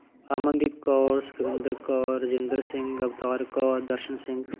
Amandeep Kaur Sukhwinder Kaur Rajinder Singh Avtar Kaur Darshan Singh